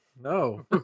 No